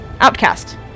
outcast